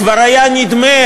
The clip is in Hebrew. כבר היה נדמה,